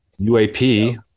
UAP